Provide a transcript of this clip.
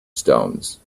stones